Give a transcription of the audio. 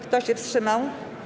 Kto się wstrzymał?